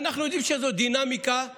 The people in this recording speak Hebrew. ואנחנו יודעים שזאת דינמיקה שלבדה,